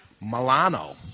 Milano